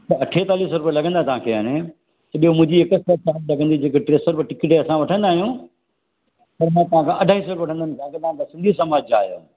त अठेतालीह सौ रुपिया लगंदा तव्हांखे हाणे ऐं ॿियो मुंहिंजी हिक फीस लगंदी जेको टे सौ रुपिया असां वठंदा आहियूं पर मां तव्हांखां अढाई सौ रुपिया वठंदमि छोकि तव्हां सिंधी समाज जा आहियो